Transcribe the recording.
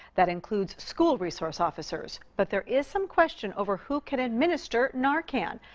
that includes school resource officers. but there is some question over who can administer narcan.